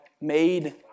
made